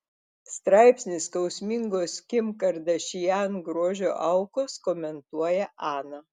straipsnį skausmingos kim kardashian grožio aukos komentuoja ana